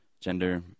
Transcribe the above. gender